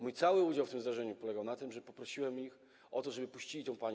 Mój cały udział w tym zdarzeniu polegał na tym, że poprosiłem ich o to, żeby puścili tę panią.